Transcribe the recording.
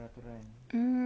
mm